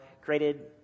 created